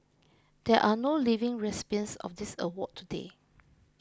there are no living recipients of this award today